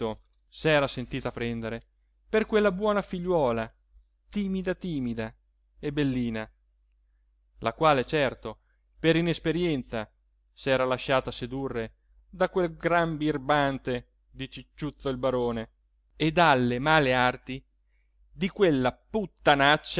subito s'era sentita prendere per quella buona figliuola timida timida e bellina la quale certo per inesperienza s'era lasciata sedurre da quel gran birbante di cicciuzzo il barone e dalle male arti di quella